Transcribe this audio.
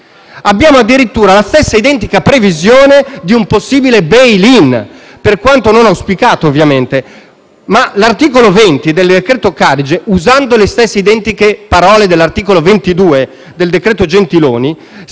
Abbiamo addirittura la stessa identica previsione di un possibile *bail in*, per quanto non auspicato ovviamente. Tuttavia l'articolo 20 del decreto-legge Carige, usando le stesse parole dell'articolo 22 del cosiddetto